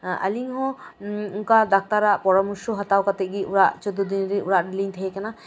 ᱟᱹᱞᱤᱧ ᱦᱚᱸ ᱚᱱᱠᱟ ᱰᱟᱠᱛᱟᱨᱟᱜ ᱯᱚᱨᱟᱢᱚᱨᱥᱚ ᱦᱟᱛᱟᱣ ᱠᱟᱛᱮᱫ ᱜᱮ ᱚᱲᱟᱜ ᱪᱳᱫᱽᱫᱳ ᱫᱤᱱ ᱚᱲᱟᱜ ᱨᱮᱞᱤᱧ ᱛᱟᱦᱮᱸ ᱠᱟᱱᱟ